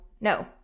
no